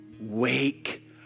wake